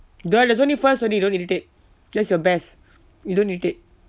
there's only first only don't just your best you don't